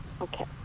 Okay